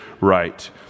right